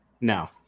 No